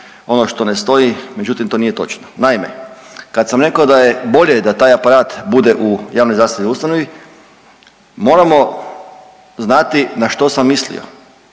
ono što ne stoji, međutim to nije točno. Naime, kad sam rekao da je bolje da taj aparat bude u javnozdravstvenoj ustanovi moramo znati na što sam mislio.